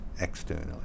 externally